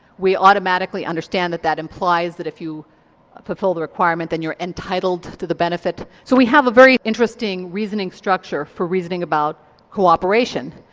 we automatically understand that that implies that if you fulfil the requirement then you're entitled to the benefit. so we have a very interesting reasoning structure for reasoning about cooperation.